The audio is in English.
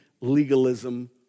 legalism